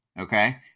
okay